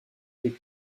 des